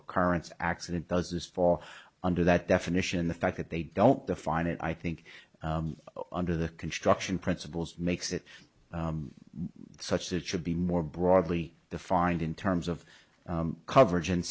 occurrence accident does this fall under that definition the fact that they don't define it i think under the construction principles makes it such that should be more broadly defined in terms of coverage and